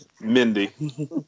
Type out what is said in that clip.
Mindy